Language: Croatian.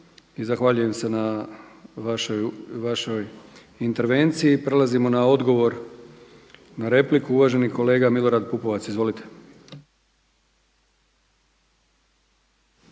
zahvaljujem se na vašoj intervenciji. Prelazimo na odgovor na repliku, uvaženi kolega Milorad Pupovac. Izvolite.